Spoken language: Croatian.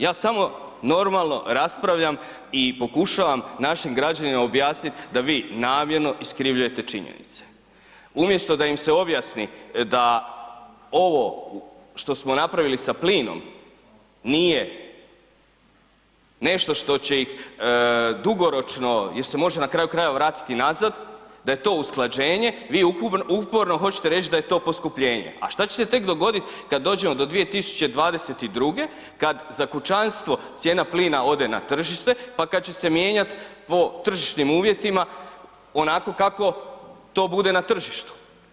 Ja samo normalno raspravljam i pokušavam našim građanima objasnit da vi namjerno iskrivljujete činjenice, umjesto da im se objasni da ovo što smo napravili sa plinom, nije nešto što će ih dugoročno jer se može na kraju krajeva vratiti nazad, da je usklađenje, vi uporno hoćete reć da je to poskupljenje, a šta će se tek dogodit kad dođemo do 2022. kad za kućanstvo cijena plina ode na tržište, pa kad će se mijenjat po tržišnim uvjetima onako kako to bude na tržištu.